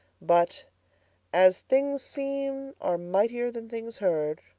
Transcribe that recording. but as things seen are mightier than things heard,